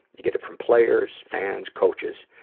you get it from players, fans, coaches.